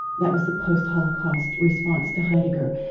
that was the post-holocaust response to heidegger.